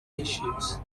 issues